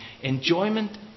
Enjoyment